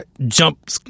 jump